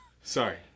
Sorry